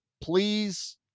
please